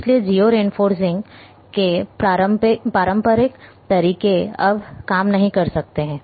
इसलिए geo referencing के पारंपरिक तरीके अब काम नहीं कर सकते हैं